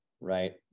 right